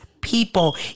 people